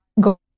go